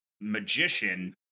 magician